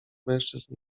mężczyzn